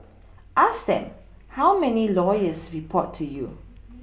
ask them how many lawyers report to you